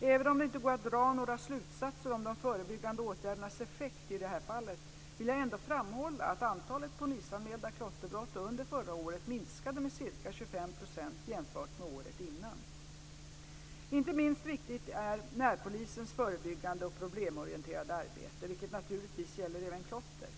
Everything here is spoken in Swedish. Även om det inte går att dra några slutsatser om de förebyggande åtgärdernas effekt i detta fall vill jag ändå framhålla att antalet polisanmälda klotterbrott under förra året minskade med ca 25 % jämfört med året innan. Inte minst viktigt är närpolisens förebyggande och problemorienterade arbete, vilket naturligtvis gäller även klotter.